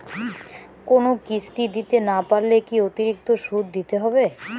কোনো কিস্তি দিতে না পারলে কি অতিরিক্ত সুদ দিতে হবে?